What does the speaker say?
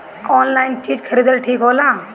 Online चीज खरीदल ठिक होला?